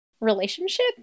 relationship